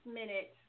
minute